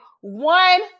one